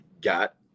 got